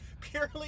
purely